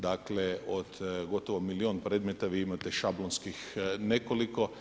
Dakle, od gotovo milijun predmeta, vi imate šablonskih nekoliko.